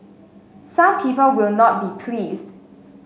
some people will not be pleased